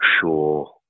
sure